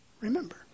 remember